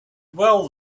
well